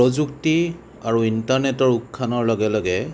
প্ৰযুক্তি আৰু ইণ্টাৰনেটৰ উত্থানৰ লগে লগে